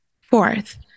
Fourth